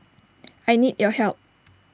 I need your help